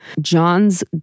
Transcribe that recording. John's